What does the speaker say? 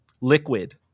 Liquid